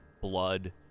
blood